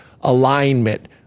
alignment